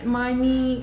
money